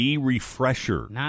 refresher